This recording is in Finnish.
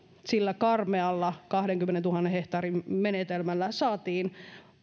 sillä karmealla kahdenkymmenentuhannen hehtaarin menetelmällä saatiin